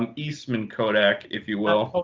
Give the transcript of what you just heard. and eastman kodak, if you will.